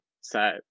set